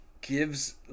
gives